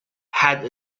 had